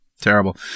terrible